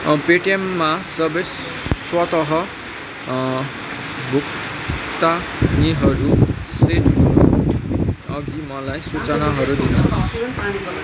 पेटिएममा सबै स्वत भुक्तानीहरू सेट हुनु अघि मलाई सूचनाहरू दिनुहोस्